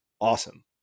awesome